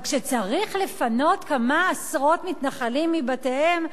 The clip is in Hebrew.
אבל כשצריך לפנות כמה עשרות מתנחלים מבתיהם,